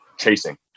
chasing